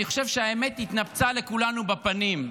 אני חושב שהאמת התנפצה לכולנו בפנים.